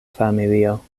familio